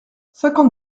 cinquante